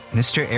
mr